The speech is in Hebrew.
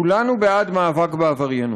כולנו בעד מאבק בעבריינות,